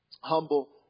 humble